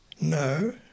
No